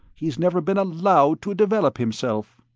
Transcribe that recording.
he's never been allowed to develop himself.